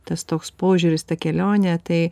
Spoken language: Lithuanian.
tas toks požiūris ta kelionė tai